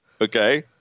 Okay